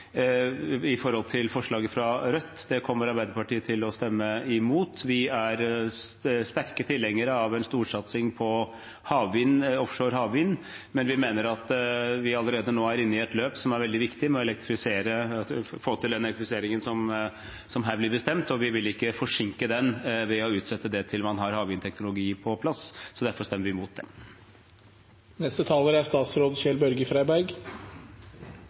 forslaget fra Rødt. Det kommer Arbeiderpartiet til å stemme imot. Vi er sterke tilhengere av en storsatsing på offshore havvind, men vi mener at vi allerede nå er inne i et løp som er veldig viktig for å få til den elektrifiseringen som her blir bestemt, og vi vil ikke forsinke den ved å utsette det til man har havvindteknologi på plass. Derfor stemmer vi